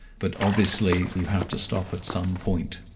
but obviously you have to stop at some point.